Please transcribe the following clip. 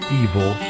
evil